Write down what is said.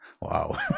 Wow